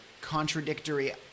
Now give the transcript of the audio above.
contradictory